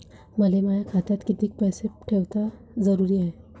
मले माया खात्यात कितीक पैसे ठेवण जरुरीच हाय?